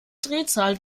drehzahl